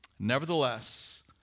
Nevertheless